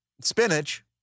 spinach